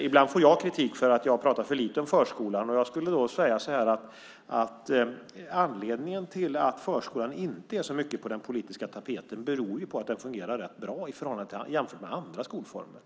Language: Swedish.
Ibland får jag kritik för att jag pratar för lite om förskolan. Jag skulle vilja säga att anledningen till att förskolan inte är så mycket på den politiska tapeten är att den fungerar rätt bra jämfört med andra skolformer.